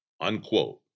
Unquote